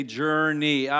journey